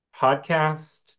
podcast